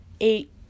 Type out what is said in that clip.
eight